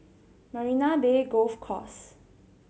Marina Bay Golf Course